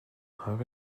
half